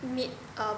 mid um